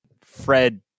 Fred